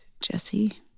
Jesse